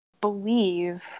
believe